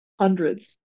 hundreds